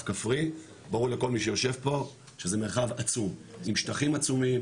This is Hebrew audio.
כפרי ברור לכל מי שיושב פה שזה מרחב עצום עם שטחים עצומים